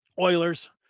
Oilers